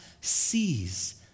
sees